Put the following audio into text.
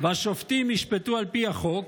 והשופטים ישפטו על פי החוק,